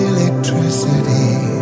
Electricity